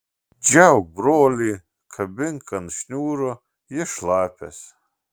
džiauk brolį kabink ant šniūro jis šlapias